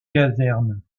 caserne